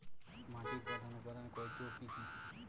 মাটির প্রধান উপাদান কয়টি ও কি কি?